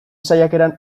saiakeran